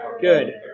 Good